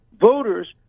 voters